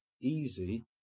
Easy